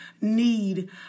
need